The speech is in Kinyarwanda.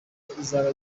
izaba